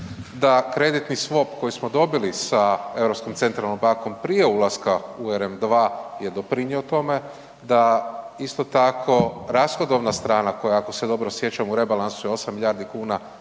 sa Europskom centralnom bankom prije ulaska u RM2 je doprinio tome, da isto tako rashodovna strana koja ako se dobro sjećam u rebalansu je 8 milijardi kuna